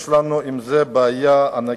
יש לנו עם זה בעיה ענקית.